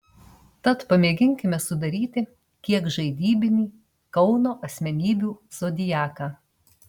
tad pamėginkime sudaryti kiek žaidybinį kauno asmenybių zodiaką